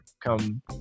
come